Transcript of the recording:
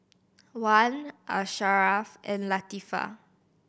Wan Asharaff and Latifa